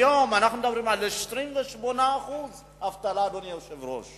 היום אנחנו מדברים על 28% אבטלה, אדוני היושב-ראש.